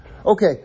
Okay